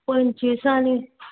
पंचवीसांनी